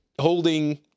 holding